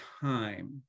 time